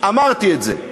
אמרתי את זה.